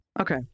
Okay